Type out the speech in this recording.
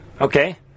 Okay